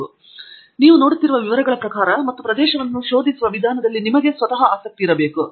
ಅವುಗಳು ನೀವು ನೋಡುತ್ತಿರುವ ವಿವರಗಳ ಪ್ರಕಾರ ಮತ್ತು ಪ್ರದೇಶವನ್ನು ಶೋಧಿಸುವ ವಿಧಾನ ದಲ್ಲಿ ನಿಮಗೆ ಆಸಕ್ತಿಯಿದೆ